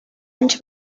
anys